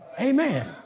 Amen